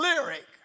lyric